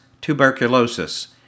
tuberculosis